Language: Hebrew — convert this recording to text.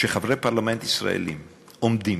כשחברי פרלמנט ישראלים עומדים